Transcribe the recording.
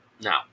now